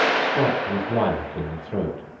striped with lilac in the throat.